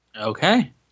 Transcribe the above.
Okay